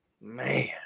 Man